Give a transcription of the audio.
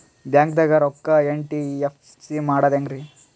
ಬ್ಯಾಂಕ್ದಾಗ ರೊಕ್ಕ ಎನ್.ಇ.ಎಫ್.ಟಿ ಮಾಡದ ಹೆಂಗ್ರಿ?